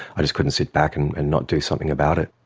i just couldn't sit back and and not do something about it.